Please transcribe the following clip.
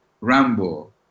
Rambo